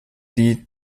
die